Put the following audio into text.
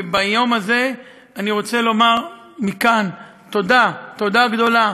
וביום הזה אני רוצה לומר מכאן תודה, תודה גדולה,